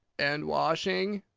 and washing?